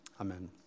amen